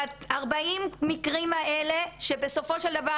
ב-40 אחוז המקרים האלה שבסופו של דבר